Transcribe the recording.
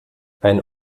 ein